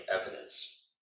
evidence